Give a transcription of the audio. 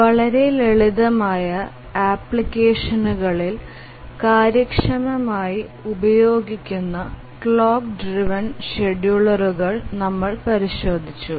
വളരെ ലളിതമായ ആപ്ലിക്കേഷനുകളിൽ കാര്യക്ഷമമായി ഉപയോഗിക്കുന്ന ക്ലോക്ക് ഡ്രൈവ്എൻ ഷെഡ്യൂളറുകൾ നമ്മൾ പരിശോധിച്ചു